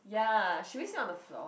ya should we sit on the floor